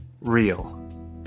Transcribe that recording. Real